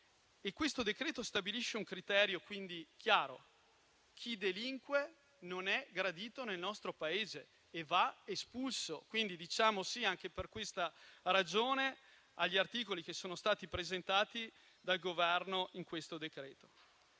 Questo decreto stabilisce un criterio chiaro: chi delinque non è gradito nel nostro Paese e va espulso. Diciamo quindi sì anche per questa ragione agli articoli che sono stati presentati dal Governo in questo decreto.